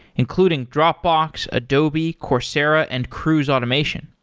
including dropbox, adobe, coursera and cruise automation.